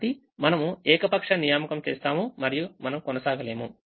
కాబట్టిమనము ఏకపక్ష నియామకం చేస్తాము మరియుమనం కొనసాగలేము